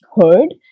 heard